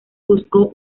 buscó